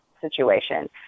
situation